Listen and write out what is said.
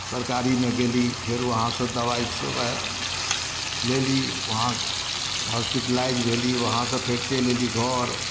सरकारीमे गेली फेर उहाँसँ दबाइ सभ आयल लेली उहाँ हॉस्पिटलाइज भेली उहाँसँ फेर चलि अयली घर